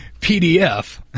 PDF